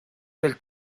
del